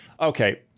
Okay